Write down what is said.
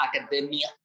academia